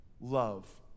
love